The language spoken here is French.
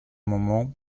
moment